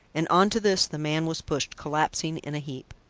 and on to this the man was pushed, collapsing in a heap.